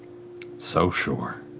so sure.